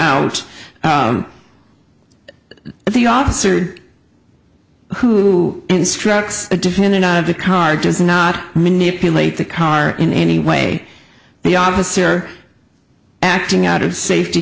out the officer who instructs the defendant out of the car does not manipulate the car in any way the officer acting out of safety